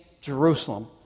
Jerusalem